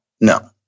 No